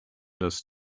das